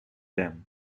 them